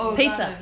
pizza